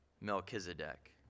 Melchizedek